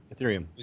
Ethereum